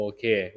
Okay